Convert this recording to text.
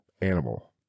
animal